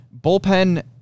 Bullpen